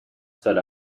said